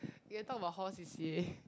we can talk about hall C_C_A